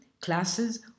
classes